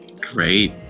Great